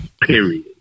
Period